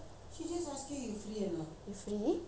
if you free then I said I sleeping